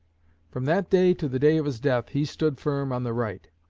from that day to the day of his death, he stood firm on the right.